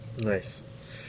nice